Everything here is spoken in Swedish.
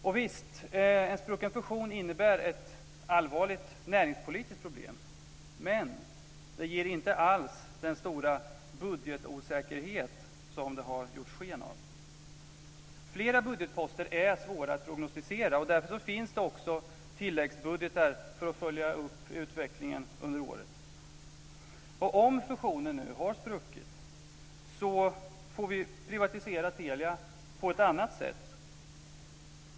Visst innebär en sprucken fusion ett allvarligt näringspolitiskt problem, men den ger inte alls den stora budgetosäkerhet som det har gjorts sken av. Flera budgetposter är svåra att prognostisera. Därför finns det också tilläggsbudgetar för att följa upp utvecklingen under året. Om fusionen har spruckit får vi privatisera Telia på ett annat sätt.